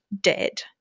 dead